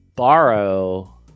borrow